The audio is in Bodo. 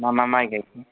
मा मा माइ गायखो